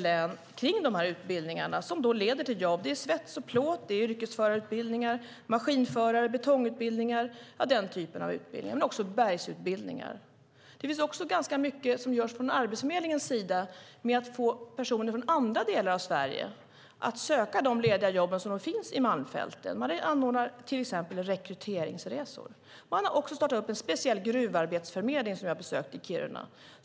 med de utbildningar som leder till jobb i BD-länet. Det är till exempel svets och plåtutbildning, yrkesförarutbildning, maskinförarutbildning och betongutbildningar, men också bergsutbildningar. Det görs också ganska mycket från Arbetsförmedlingens sida för att få personer från andra delar av Sverige att söka de lediga jobb som finns i Malmfälten. Man anordnar till exempel rekryteringsresor och har startat upp en speciell gruvarbetsförmedling i Kiruna som jag besökt.